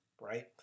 right